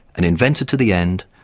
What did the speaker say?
an inventor to the end,